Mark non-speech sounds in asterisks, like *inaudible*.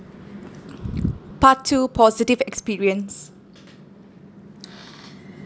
*noise* part two positive experience